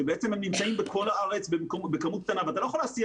שבעצם נמצאת בכל הארץ בכמות קטנה ואתה לא יכול להסיע